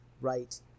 right